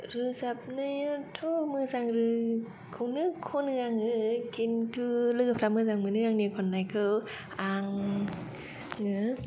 रोजाबनायाथ' मोजां खौनो खनो आङो किन्तु लोगोफ्रा मोजां मोनो आंनि खननायखौ आङो